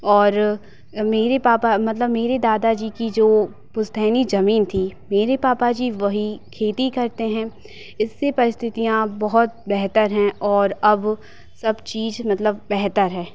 और मेरे पापा मतलब मेरे दादा जी की जो पुश्तैनी ज़मीन थी मेरे पापा जी वहीं खेती करते हैं इससे परिस्थितियाँ बहुत बेहतर हैं और अब सब चीज़ मतलब बेहतर है